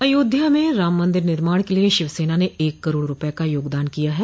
अयोध्या में राम मंदिर निर्माण के लिए शिवसेना ने एक करोड रूपये का योगदान किया है